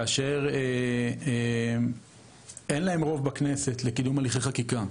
כאשר אין להם רוב בכנסת לקידום הליכי חקיקה,